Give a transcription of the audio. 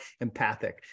empathic